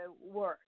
work